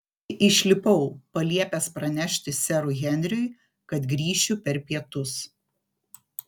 tai išlipau paliepęs pranešti serui henriui kad grįšiu per pietus